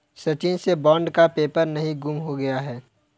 सचिन से बॉन्ड का पेपर कहीं गुम हो गया है